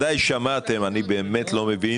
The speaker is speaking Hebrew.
שמן הראוי שהדבר הזה לא יידון כרגע.